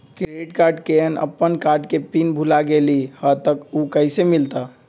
Credit card केहन अपन card के पिन भुला गेलि ह त उ कईसे मिलत?